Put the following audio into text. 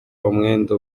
umwenda